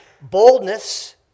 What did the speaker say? boldness